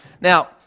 Now